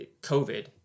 COVID